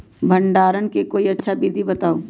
भंडारण के कोई अच्छा विधि बताउ?